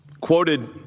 quoted